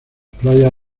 playas